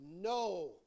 no